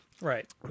Right